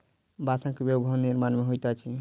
बांसक उपयोग भवन निर्माण मे होइत अछि